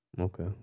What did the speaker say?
Okay